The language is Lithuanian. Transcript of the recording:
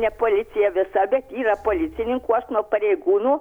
ne policija visada yra policininkų aš nuo pareigūnų